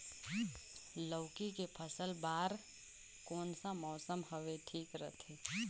लौकी के फसल बार कोन सा मौसम हवे ठीक रथे?